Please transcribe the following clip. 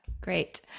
Great